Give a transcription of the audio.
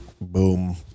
Boom